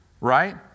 right